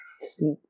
sleep